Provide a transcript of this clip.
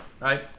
right